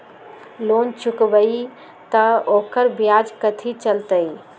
Loan चुकबई त ओकर ब्याज कथि चलतई?